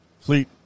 Fleet